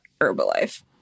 herbalife